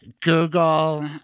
google